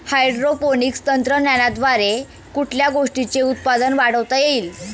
Hydroponics तंत्रज्ञानाद्वारे कुठल्या गोष्टीचे उत्पादन वाढवता येईल?